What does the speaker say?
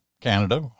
Canada